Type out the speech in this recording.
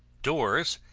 doors,